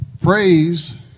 Praise